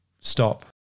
stop